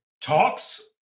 talks